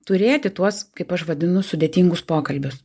turėti tuos kaip aš vadinu sudėtingus pokalbius